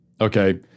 okay